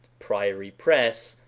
priory press.